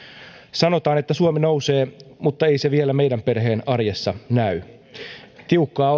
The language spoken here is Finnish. sanotaan että suomi nousee mutta ei se vielä meidän perheen arjessa näy tiukkaa